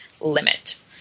limit